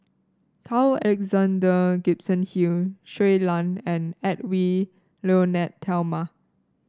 Carl Alexander Gibson Hill Shui Lan and Edwy Lyonet Talma